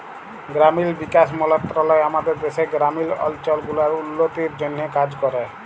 গেরামিল বিকাশ মলত্রলালয় আমাদের দ্যাশের গেরামিল অলচল গুলার উল্ল্য তির জ্যনহে কাজ ক্যরে